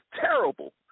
terrible